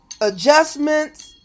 adjustments